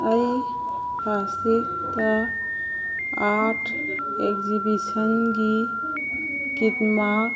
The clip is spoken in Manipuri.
ꯑꯩ ꯑꯥꯠ ꯑꯦꯛꯖꯤꯕꯤꯁꯟꯒꯤ ꯀꯤꯗꯃꯛ